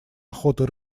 охоты